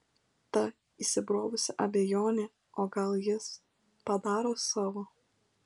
ta įsibrovusi abejonė o gal jis padaro savo